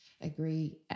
agree